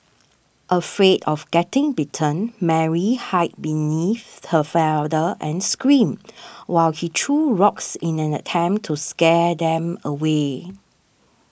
afraid of getting bitten Mary hide beneath her father and screamed while he threw rocks in an attempt to scare them away